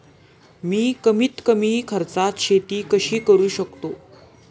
मी कमीत कमी खर्चात शेती कशी करू शकतो?